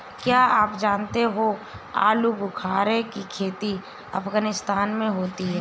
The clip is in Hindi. क्या आप जानते हो आलूबुखारे की खेती अफगानिस्तान में होती है